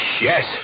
Yes